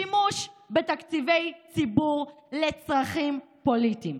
שימוש בתקציבי ציבור לצרכים פוליטיים.